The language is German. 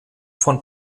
von